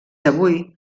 avui